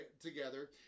together